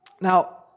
Now